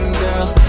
girl